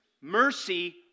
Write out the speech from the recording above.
mercy